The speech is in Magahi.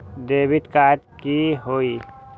डेबिट कार्ड की होई?